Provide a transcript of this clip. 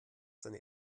seine